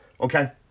okay